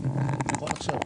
אני יכול עכשיו.